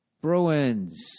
Bruins